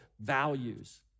values